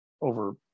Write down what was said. over